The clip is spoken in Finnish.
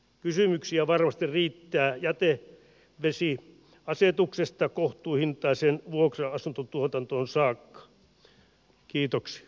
kysymyksiä varmasti riittää jätevesiasetuksesta kohtuuhintaiseen vuokra asuntotuotantoon saakka